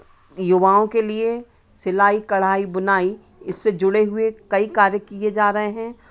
युवाओं के लिए सिलाई कढ़ाई बुनाई इससे जुड़े हुए कई कार्य किए जा रहे हैं